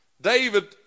David